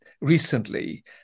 recently